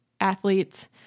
athletes